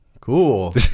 Cool